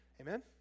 Amen